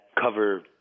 cover